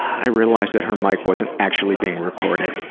i realized that her mic wasn't actually being recorded.